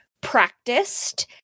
practiced